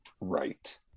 right